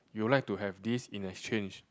you would like to have this in exchange